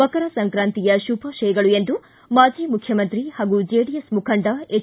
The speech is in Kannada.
ಮಕರ ಸಂಕ್ರಾಂತಿಯ ಶುಭಾಶಯಗಳು ಎಂದು ಮಾಜಿ ಮುಖ್ಯಮಂತ್ರಿ ಹಾಗೂ ಜೆಡಿಎಸ್ ಮಖಂಡ ಎಚ್